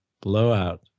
Blowout